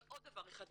אבל עוד דבר אחד,